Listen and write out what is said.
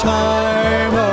time